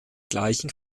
gleichen